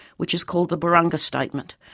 which is called the barunga statement.